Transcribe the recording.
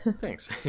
Thanks